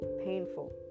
painful